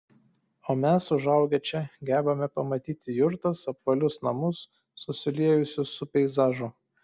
o mes užaugę čia gebame pamatyti jurtas apvalius namus susiliejusius su peizažu